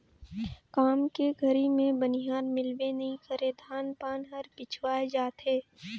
काम के घरी मे बनिहार मिलबे नइ करे धान पान हर पिछवाय जाथे